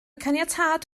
caniatâd